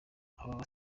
aba